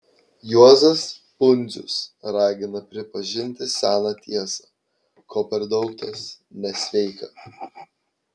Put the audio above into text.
juozas pundzius ragina pripažinti seną tiesą ko per daug tas nesveika